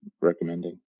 recommending